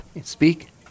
Speak